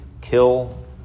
kill